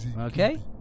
Okay